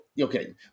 okay